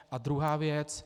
A druhá věc.